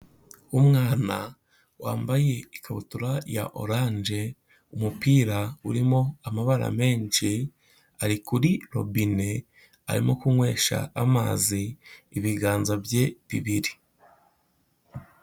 Umwana wambaye ikabutura ya oranje, umupira urimo amabara menshi, ari kuri robine arimo kunywesha amazi ibiganza bye bibiri.